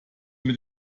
mit